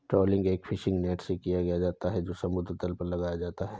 trawling एक fishing net से किया जाता है जो समुद्र तल पर लगाया जाता है